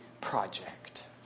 project